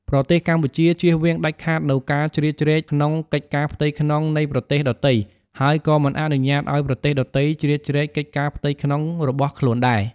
ប្រទេសកម្ពុជាចៀសវាងដាច់ខាតនូវការជ្រៀតជ្រែកក្នុងកិច្ចការផ្ទៃក្នុងនៃប្រទេសដទៃ ហើយក៏មិនអនុញ្ញាតឱ្យប្រទេសដទៃជ្រៀតជ្រែកកិច្ចការផ្ទៃក្នុងរបស់ខ្លួនដែរ។